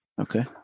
Okay